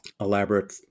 elaborate